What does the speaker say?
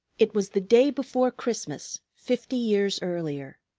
it was the day before christmas, fifty years earlier.